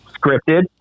scripted